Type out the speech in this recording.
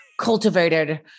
cultivated